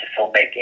filmmaking